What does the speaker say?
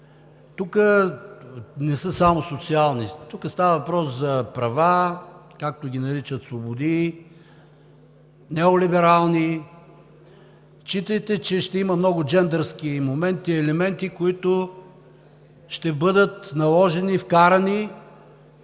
Тук не са само социални, тук става въпрос за права, както ги наричат, свободи, неолиберални. Считайте, че ще има много джендърски моменти, елементи, които ще бъдат наложени и вкарани